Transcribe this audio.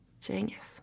Genius